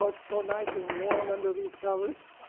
but so nice and warm under these covers,